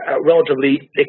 relatively